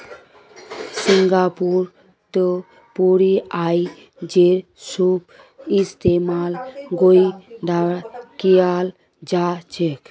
सिंगापुरतो यूपीआईयेर खूब इस्तेमाल लोगेर द्वारा कियाल जा छे